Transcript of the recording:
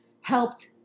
helped